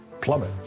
plummet